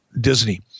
Disney